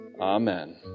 Amen